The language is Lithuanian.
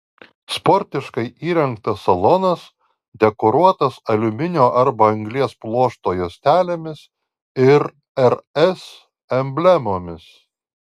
sportiškai įrengtas salonas dekoruotas aliuminio arba anglies pluošto juostelėmis ir rs emblemomis